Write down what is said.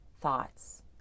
thoughts